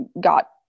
got